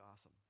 awesome